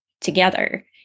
together